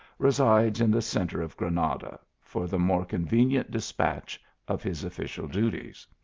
resides in the centre of granada, for the more convenient despatch of his official duties.